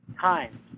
Time